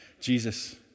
Jesus